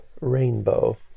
Rainbow